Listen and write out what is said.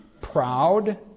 proud